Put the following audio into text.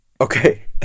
Okay